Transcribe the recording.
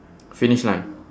finish line